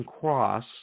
cross